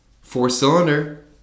four-cylinder